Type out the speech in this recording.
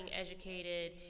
educated